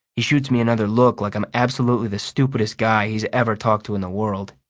he shoots me another look like i am absolutely the stupidest guy he's ever talked to in the world.